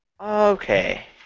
Okay